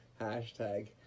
Hashtag